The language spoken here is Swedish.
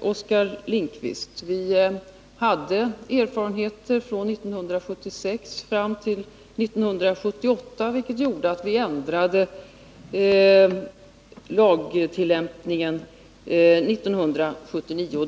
Oskar Lindkvist. Våra erfarenheter från 1976 fram till 1978 gjorde att vi 1979 ändrade lagtillämpningen.